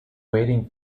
waiting